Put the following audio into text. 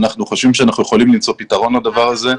אנחנו חושבים שאנחנו יכולים למצוא פתרון לדבר הזה.